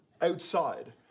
outside